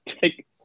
take